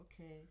okay